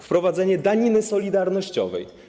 Wprowadzenie daniny solidarnościowej.